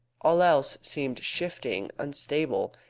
all else seemed shifting, unstable,